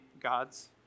gods